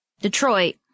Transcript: Detroit